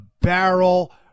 barrel